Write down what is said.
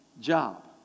job